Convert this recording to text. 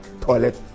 toilet